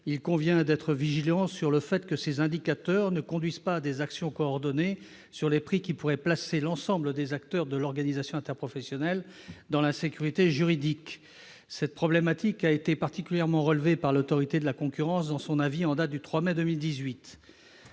il convient d'être vigilant sur le fait que ces indicateurs ne conduisent pas à des actions coordonnées sur les prix qui pourraient placer l'ensemble des acteurs de l'organisation interprofessionnelle dans l'insécurité juridique. Cette problématique a été particulièrement relevée par l'Autorité de la concurrence, dans son avis en date du 3 mai 2018.